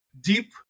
deep